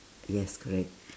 yes correct